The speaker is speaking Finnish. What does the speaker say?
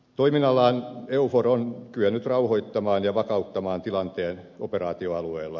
toiminnallaan eufor on kyennyt rauhoittamaan ja vakauttamaan tilanteen operaatioalueella